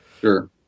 sure